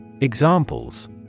Examples